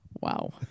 Wow